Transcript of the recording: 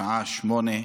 בשעה 08:00,